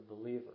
believer